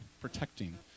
protecting